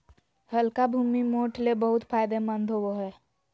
हल्का भूमि, मोठ ले बहुत फायदेमंद होवो हय